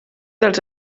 dels